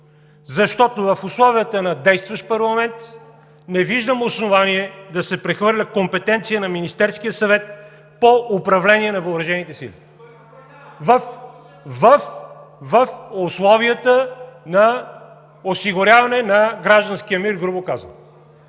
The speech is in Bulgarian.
Защото в условията на действащ парламент не виждам основание да се прехвърлят компетенции на Министерския съвет по управление на въоръжените сили (реплика от ГЕРБ), в условията на осигуряване на гражданския мир, грубо казано.